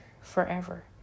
forever